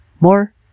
more